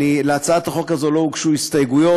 להצעת החוק הזאת לא הוגשו הסתייגות,